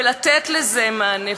ולתת לזה מענה,